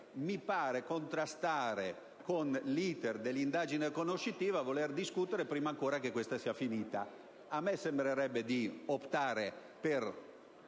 Mi pare contrastare con l'*iter* dell'indagine conoscitiva voler discutere prima ancora che questa sia finita. A me sembrerebbe opportuno optare per